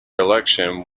election